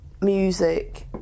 music